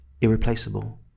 irreplaceable